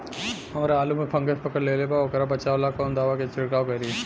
हमरा आलू में फंगस पकड़ लेले बा वोकरा बचाव ला कवन दावा के छिरकाव करी?